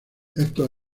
estos